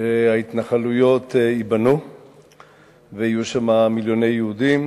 שההתנחלויות ייבנו ויהיו שם מיליוני יהודים,